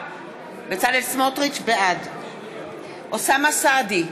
בעד אוסאמה סעדי,